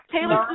Taylor